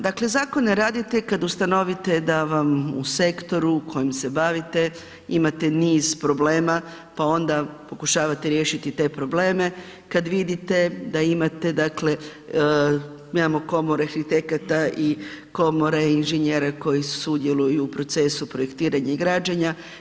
Dakle zakone radite kad ustanovite da vam u sektoru kojim se bavite imate niz problema pa onda pokušavate riješiti te probleme, kad vidite da imate, dakle mi imamo komore arhitekata i komore inženjera koji sudjeluju u procesu projektiranja i građenja.